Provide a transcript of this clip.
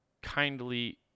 kindly